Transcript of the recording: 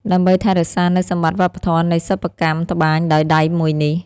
ដើម្បីថែរក្សានូវសម្បត្តិវប្បធម៏នៃសិប្បកម្មត្បាញដោយដៃមួយនេះ។